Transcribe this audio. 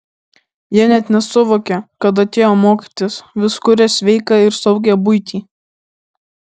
jie net nesuvokia kad atėjo mokytis vis kuria sveiką ir saugią buitį